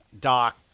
Doc